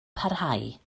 parhau